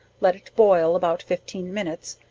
let it boil about fifteen minutes,